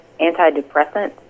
antidepressant